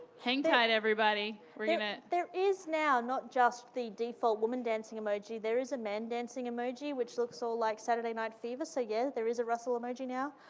hang tight, everybody. we're gonna there is now, not just the default woman dancing emoji. there is a man dancing emoji, which looks all like saturday night fever, so yeah, there is russell emoji now.